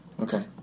Okay